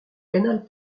canal